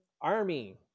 Army